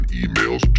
emails